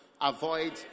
avoid